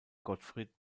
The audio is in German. gottfried